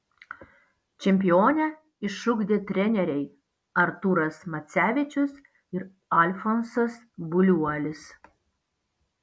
čempionę išugdė treneriai artūras macevičius ir alfonsas buliuolis